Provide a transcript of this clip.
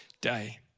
day